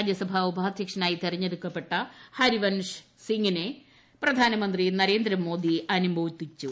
രാജ്യസഭാ ഉപാധ്യക്ഷനായി തിരഞ്ഞെടുക്കപ്പെട്ട ഹരിവൻഷ് സിംഗിനെ പ്രധാനമന്ത്രി നരേന്ദ്രമോദി അനുമോദിച്ചു